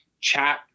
chat